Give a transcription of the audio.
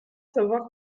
savoir